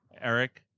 Eric